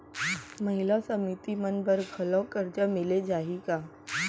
महिला समिति मन बर घलो करजा मिले जाही का?